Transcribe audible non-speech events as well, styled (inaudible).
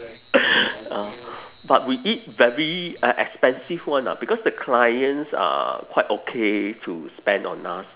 (laughs) uh but we eat very uh expensive one ah because the clients are quite okay to spend on us